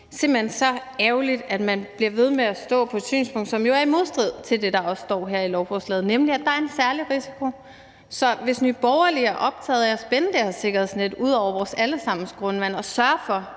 hen så ærgerligt, at man bliver ved med at have et synspunkt, som er i modstrid med det, der står i lovforslaget, nemlig at der er en særlig risiko. Så hvis Nye Borgerlige også er optaget af at spænde det her sikkerhedsnet ud under vores alle sammens grundvand og sørge for,